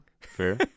Fair